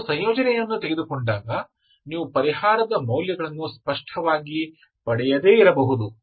ಆದ್ದರಿಂದ ನೀವು ಸಂಯೋಜನೆಯನ್ನು ತೆಗೆದುಕೊಂಡಾಗ ನೀವು ಪರಿಹಾರದ ಮೌಲ್ಯಗಳನ್ನು ಸ್ಪಷ್ಟವಾಗಿ ಪಡೆಯದೇ ಇರಬಹುದು